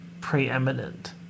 Preeminent